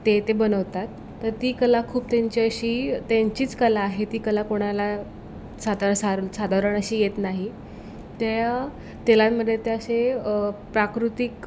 ते ते बनवतात तर ती कला खूप त्यांची अशी त्यांचीच कला आहे ती कला कोणाला साता सा साधारण अशी येत नाही त्या तेलांमध्ये त्या असे प्राकृतिक